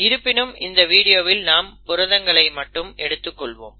இருப்பினும் இந்த வீடியோவில் நாம் புரதங்களை மட்டும் எடுத்துக் கொள்வோம்